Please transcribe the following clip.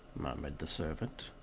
murmured the servant.